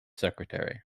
secretary